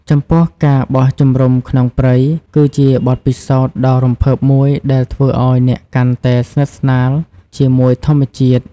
ចំពោះការបោះជំរុំក្នុងព្រៃ គឺជាបទពិសោធន៍ដ៏រំភើបមួយដែលធ្វើឲ្យអ្នកកាន់តែស្និទ្ធស្នាលជាមួយធម្មជាតិ។